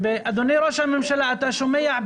אדוני ראש הממשלה, אתה שומע?